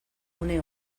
une